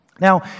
Now